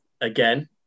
again